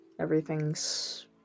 everything's